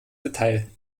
detail